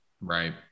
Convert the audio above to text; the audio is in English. Right